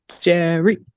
Jerry